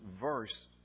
verse